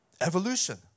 Evolution